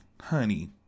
honey